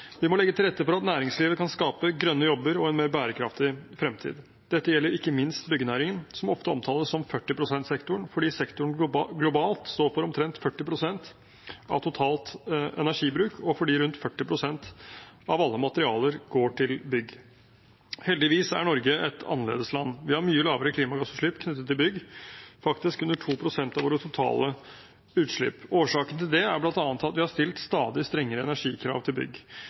Vi må legge til rette for at næringslivet kan skape grønne jobber og en mer bærekraftig fremtid. Dette gjelder ikke minst byggenæringen, som ofte omtales som 40-prosentsektoren fordi sektoren globalt står for omtrent 40 pst. av totalt energibruk, og fordi rundt 40 pst. av alle materialer går til bygg. Heldigvis er Norge et annerledesland. Vi har mye lavere klimagassutslipp knyttet til bygg, faktisk under 2 pst. av våre totale utslipp. Årsaken til det er bl.a. at vi har stilt stadig strengere energikrav til bygg.